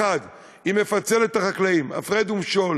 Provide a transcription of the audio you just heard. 1. היא מפצלת את החקלאים, הפרד ומשול,